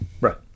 Right